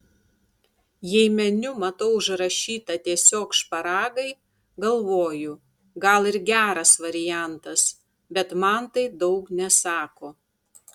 jei meniu matau užrašyta tiesiog šparagai galvoju gal ir geras variantas bet man tai daug nesako